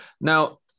Now